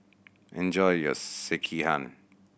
enjoy your Sekihan